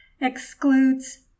excludes